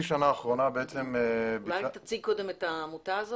תציג את העמותה.